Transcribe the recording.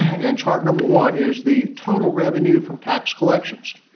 and chart number one is the total revenue from tax collections.